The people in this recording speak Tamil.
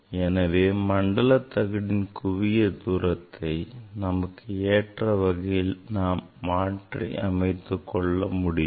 எனவே மண்டல தகட்டின் குவியத் தூரத்தை நமக்கு ஏற்ற வகையில் நாம் மாற்றி அமைத்துக்கொள்ள முடியும்